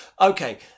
Okay